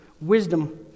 wisdom